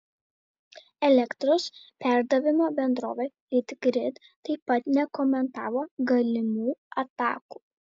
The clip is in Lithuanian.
elektros perdavimo bendrovė litgrid taip pat nekomentavo galimų atakų